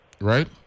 right